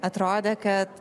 atrodė kad